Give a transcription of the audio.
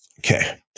Okay